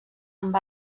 amb